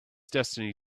destiny